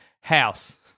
house